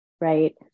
right